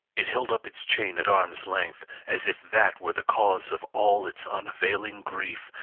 it held up its chain at arm's length, as if that were the cause of all its unavailing grief,